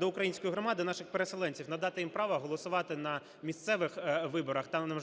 до української громади наших переселенців: надати їм право голосувати на місцевих виборах та на мажоритарних